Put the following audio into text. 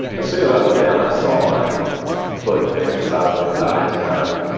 as soon as i looked down i saw my foot facing sideways, i just kind of,